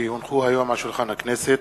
כי הונחו היום על שולחן הכנסת,